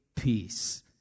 peace